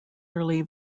early